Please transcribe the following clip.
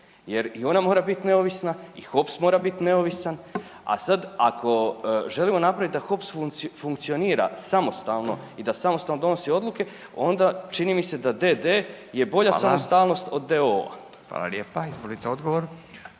jer i ona mora biti neovisna i HOPS mora biti neovisan, a sad ako želimo napraviti da HOPS funkcionira samostalno i da samostalno donosi odluke onda čini mi se da d.d. …/Upadica: Hvala./… od d.o.o.